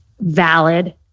valid